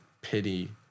pity